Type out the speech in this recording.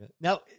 Now